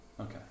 Okay